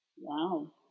Wow